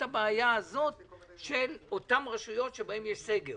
הבעיה הזאת של אותן רשויות שבהן יש סגר